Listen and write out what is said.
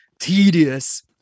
tedious